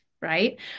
Right